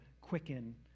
quicken